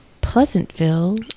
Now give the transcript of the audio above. Pleasantville